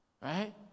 Right